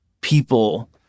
people